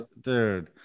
Dude